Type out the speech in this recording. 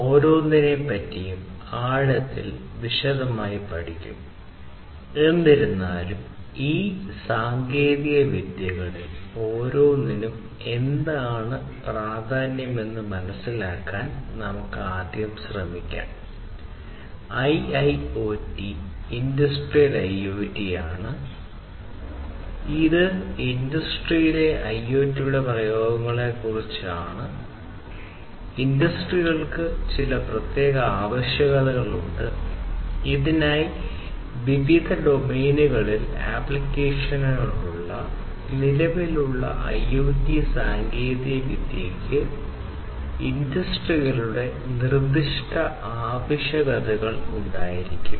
0 സാങ്കേതികവിദ്യയ്ക്ക് ഇൻഡസ്ട്രികളുടെ നിർദ്ദിഷ്ട ആവശ്യകതകൾ ഉണ്ടായിരിക്കും